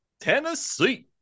Tennessee